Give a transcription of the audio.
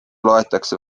loetakse